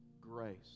grace